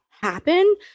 happen